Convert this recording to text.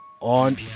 on